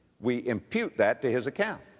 we impute that to his account.